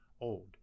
old